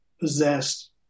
possessed